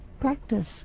practice